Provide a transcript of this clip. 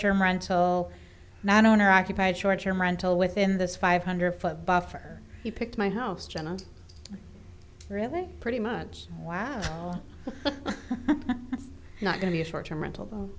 term rental non owner occupied short term rental within this five hundred foot buffer he picked my house john and really pretty much while not going to be a short term rental